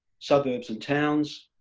suburbs and towns,